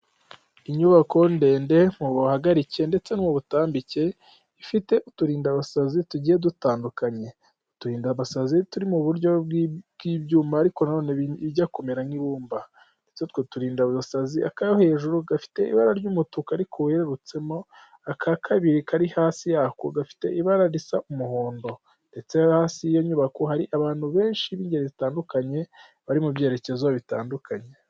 Inyubako ndende mubuhagarike, ndetse n'ubutambike, ifite uturindabasazi tugiye dutandukanye, uturindabasazi turi mu buryo bw'ibyuma ariko nanone bijya kumera nk'ibumba, ndetse utwo turindabasazi ako hejuru gafite ibara ry'umutuku ariko wererutsemo, aka kabiri kari hasi yako gafite ibara risa umuhondo, ndetse hasi y'iyo nyubako hari abantu benshi, b'ingeri zitandukanye, bari mu byerekezo bitandukanye.